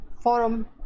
forum